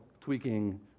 tweaking